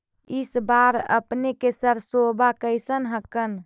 इस बार अपने के सरसोबा कैसन हकन?